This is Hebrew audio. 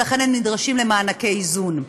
ולכן הן נדרשות למענקי איזון.